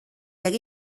hagué